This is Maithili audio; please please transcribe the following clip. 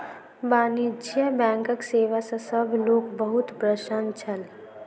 वाणिज्य बैंकक सेवा सॅ सभ लोक बहुत प्रसन्न छल